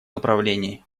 направлении